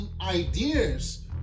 ideas